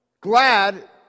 glad